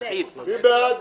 מי בעד הסעיף?